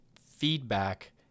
feedback